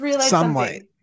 sunlight